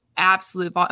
absolute